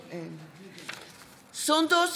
ג'בארין,